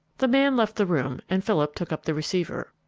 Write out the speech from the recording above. the man left the room and philip took up the receiver.